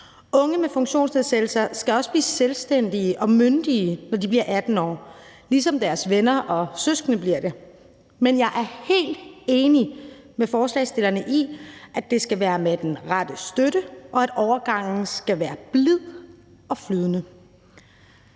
Unge med funktionsnedsættelser skal også blive selvstændige og myndige, når de bliver 18 år, ligesom deres venner og søskende bliver det. Men jeg er helt enig med forslagsstillerne i, at det skal være med den rette støtte, og at overgangen skal være blid og flydende.